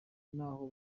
n’aho